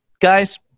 guys